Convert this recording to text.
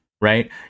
right